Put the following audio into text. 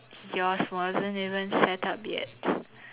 yours wasn't even set up yet